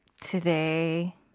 today